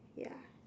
ya